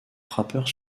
frappeur